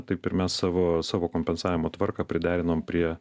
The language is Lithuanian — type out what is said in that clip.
taip ir mes savo savo kompensavimo tvarką priderinom prie